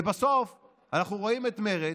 ובסוף אנחנו רואים את מרצ,